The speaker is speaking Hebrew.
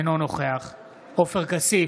אינו נוכח עופר כסיף,